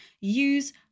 Use